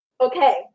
okay